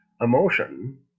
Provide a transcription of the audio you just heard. emotion